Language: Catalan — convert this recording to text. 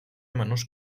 menús